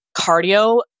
cardio